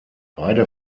beide